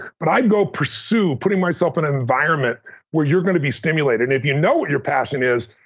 but i'd go pursue putting myself in an environment where you're going to be stimulated. if you know what your passion is,